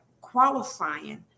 qualifying